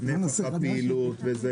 נפח הפעילות וזה.